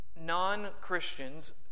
non-Christians